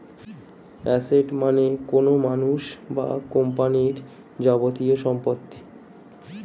asset মানে কোনো মানুষ বা কোম্পানির যাবতীয় সম্পত্তি